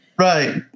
Right